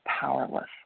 powerless